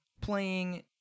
playing